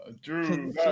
drew